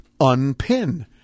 unpin